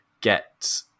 get